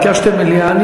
ביקשתם מליאה.